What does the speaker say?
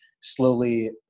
slowly